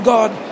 God